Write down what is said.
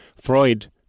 Freud